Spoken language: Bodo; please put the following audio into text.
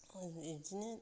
ओ इदिनो